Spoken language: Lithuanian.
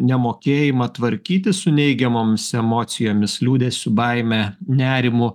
nemokėjimą tvarkytis su neigiamoms emocijomis liūdesiu baime nerimu